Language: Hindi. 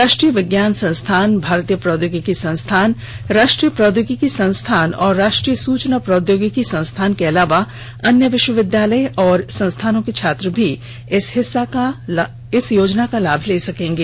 राष्ट्रीय विज्ञान संस्थान भारतीय प्रौद्योगिकी संस्थान राष्ट्रीय प्रौद्योगिकी संस्थान और राष्ट्रीय सूचना प्रौद्योगिकी संस्थान के अलावा अन्य विश्वविद्यालय और संस्थानों के छात्र भी इस योजना का लाभ ले सकेंगे